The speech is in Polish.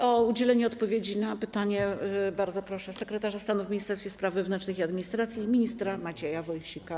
O udzielenie odpowiedzi na pytanie bardzo proszę sekretarza stanu w Ministerstwie Spraw Wewnętrznych i Administracji ministra Macieja Wąsika.